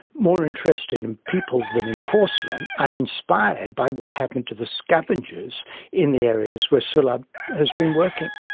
more interested in people than in porcelain, i am inspired by what happened to the scavengers in the areas where sulabh has been working.